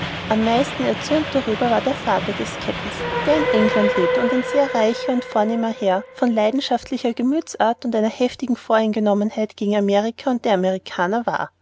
am meisten erzürnt darüber war der vater des kapitäns der in england lebte und ein sehr reicher und vornehmer herr von leidenschaftlicher gemütsart und einer heftigen voreingenommenheit gegen amerika und die amerikaner war